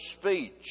speech